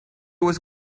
was